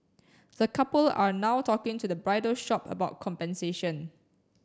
the couple are now talking to the bridal shop about compensation